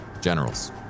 Generals